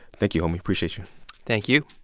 thank you, homie. appreciate you thank you